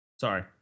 Sorry